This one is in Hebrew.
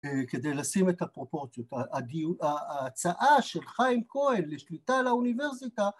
כדי לשים את הפרופורציות, ההצעה של חיים כהן לשליטה על האוניברסיטה